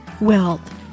wealth